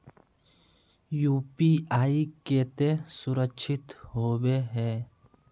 UPI केते सुरक्षित होबे है?